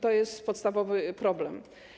To jest podstawowy problem.